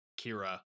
Kira